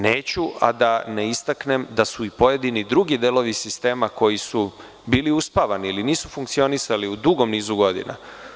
Neću a da ne istaknem da su i pojedini drugi delovi sistema koji su bili uspavani ili nisu funkcionisali u dugom nizu godina.